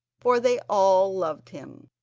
for they all loved him.